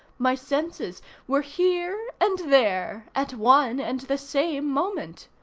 my senses were here and there at one and the same moment.